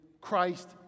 Christ